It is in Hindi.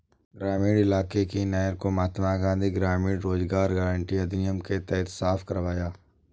ग्रामीण इलाके की नहर को महात्मा गांधी ग्रामीण रोजगार गारंटी अधिनियम के तहत साफ करवाया